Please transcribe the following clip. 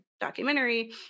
documentary